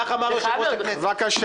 בסדר, אתה רוצה להוציא אותי, אני אצא לבד.